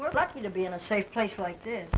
we're lucky to be in a safe place like this